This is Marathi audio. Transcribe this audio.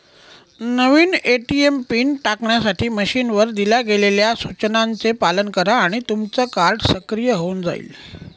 नवीन ए.टी.एम पिन टाकण्यासाठी मशीनवर दिल्या गेलेल्या सूचनांचे पालन करा आणि तुमचं कार्ड सक्रिय होऊन जाईल